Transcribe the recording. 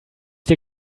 dir